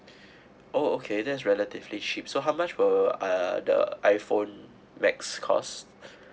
oh okay there's relatively cheap so how much will uh the iPhone max cost